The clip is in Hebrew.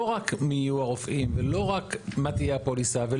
לא רק מי יהיו הרופאים ולא רק מה תהיה הפוליסה.